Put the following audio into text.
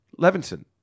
Levinson